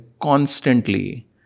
constantly